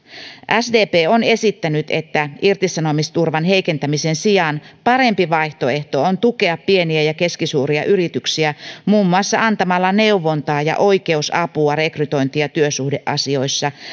sdp on esittänyt että irtisanomisturvan heikentämisen sijaan parempi vaihtoehto on tukea pieniä ja keskisuuria yrityksiä muun muassa antamalla neuvontaa ja oikeusapua rekrytointi ja työsuhdeasioissa